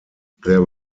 there